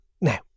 now